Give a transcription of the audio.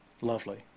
lovely